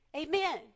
Amen